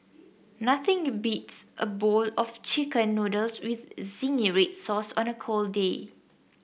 nothing beats a bowl of chicken noodles with zingy red sauce on a cold day